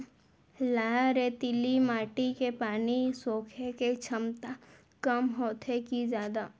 लाल रेतीली माटी के पानी सोखे के क्षमता कम होथे की जादा?